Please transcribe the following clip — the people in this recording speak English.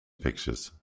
pictures